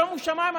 שומו שמיים.